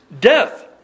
Death